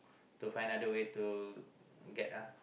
to find other way to get ah